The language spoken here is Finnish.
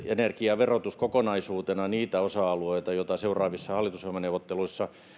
energiaverotus kokonaisuutena on varmasti yksi niitä osa alueita joita seuraavissa hallitusohjelmaneuvotteluissa